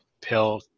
pill